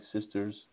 sisters